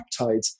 peptides